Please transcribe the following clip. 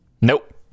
Nope